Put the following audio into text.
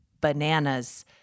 bananas